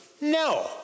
no